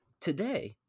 today